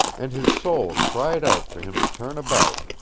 and his soul cried out for him to turn about,